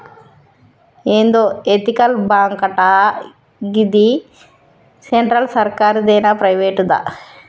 ఏందో ఎతికల్ బాంకటా, గిది సెంట్రల్ సర్కారుదేనా, ప్రైవేటుదా